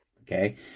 Okay